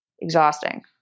exhausting